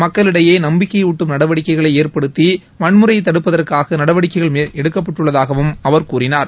மக்களிடையே நம்பிக்கையூட்டும் நடவடிக்கைகளை ஏற்படுத்தி வன்முறையைத் தடுப்பதற்காக நடவடிக்கைகள் எடுக்கப்பட்டுள்ளதாகவும் அவர் கூறினார்